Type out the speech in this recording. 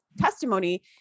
testimony